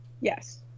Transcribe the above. yes